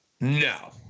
No